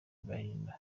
gahinda